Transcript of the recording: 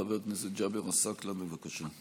חבר הכנסת ג'אבר עסאקלה, בבקשה.